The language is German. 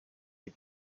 die